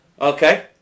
Okay